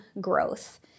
growth